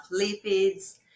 lipids